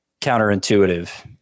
counterintuitive